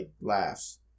laughs